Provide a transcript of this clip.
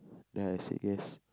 then I said yes